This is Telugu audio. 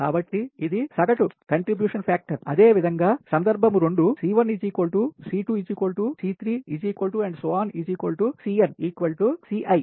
కాబట్టి ఇది సగటు కంట్రిబ్యూషన్ ఫ్యాక్టర్ అదేవిధంగా సందర్భం 2 i 1 నుండి n వరకు C కు సమానం అన్నీ C